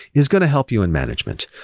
is going to help you in management,